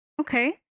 okay